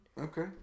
Okay